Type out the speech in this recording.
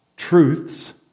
Truths